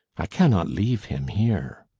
i cannot leave him here.